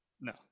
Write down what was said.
No